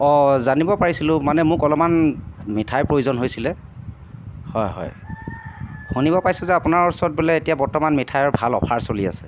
অঁ জানিব পাৰিছিলোঁ মানে মোক অলমান মিঠাইৰ প্ৰয়োজন হৈছিলে হয় হয় শুনিব পাইছোঁ যে আপোনাৰ ওচৰত বোলে এতিয়া বৰ্তমান মিঠাইৰ ভাল অ'ফাৰ চলি আছে